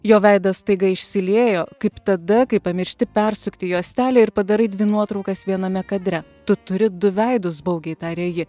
jo veidas staiga išsiliejo kaip tada kai pamiršti persukti juostelę ir padarai dvi nuotraukas viename kadre tu turi du veidus baugiai tarė ji